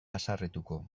haserretuko